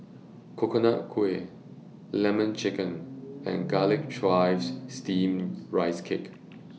Coconut Kuih Lemon Chicken and Garlic Chives Steamed Rice Cake